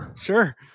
sure